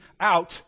out